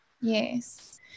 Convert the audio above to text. Yes